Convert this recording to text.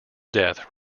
death